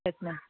yes ma'am